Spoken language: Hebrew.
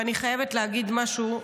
ואני חייבת להגיד משהו.